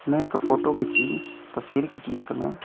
में इक्क फोटो खिच्ची तस्वीर खिच्ची में